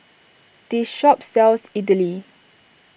this shop sells Idili